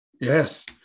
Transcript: yes